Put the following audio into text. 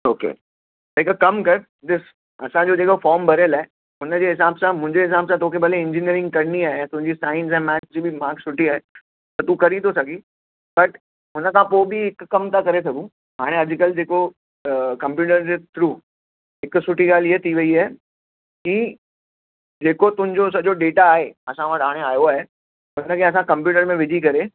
okay हिकु कमु करि ॾिसु असांजो जेको फॉर्म भरियलु आहे उनजे हिसाबु सां मुंहिंजे हिसाबु सां तोखे भले इंजीनियरिंग करिणी आहे त तुंहिंजी साइंस या मैथ्स जी बि मार्क्स सुठी आहे त तूं करी थो सघीं बट हुन खां पोइ बि हिकु कमु था करे सघूं हाणे अॼुकल्ह जेको कंप्यूटर जे थ्रू हिकु सुठी ॻाल्हि हीअ थी वई आहे कि जेको तुंहिंजो सॼो डेटा आहे असां वटि हाणे आयो आहे उनखे असां कंप्यूटर में विझी करे